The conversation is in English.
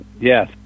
Yes